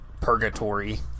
purgatory